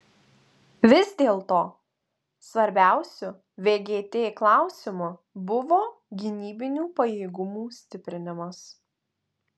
vis dėlto svarbiausiu vgt klausimu buvo gynybinių pajėgumų stiprinimas